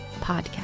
Podcast